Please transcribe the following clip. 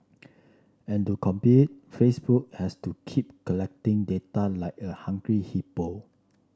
and to compete Facebook has to keep collecting data like a hungry hippo